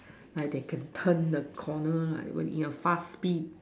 like they can turn the corner in the fast speed